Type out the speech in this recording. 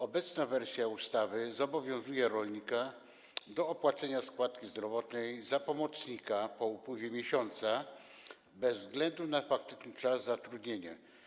Obecna wersja ustawy zobowiązuje rolnika do opłacenia składki zdrowotnej za pomocnika po upływie miesiąca bez względu na faktyczny czas zatrudnienia.